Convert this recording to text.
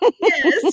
Yes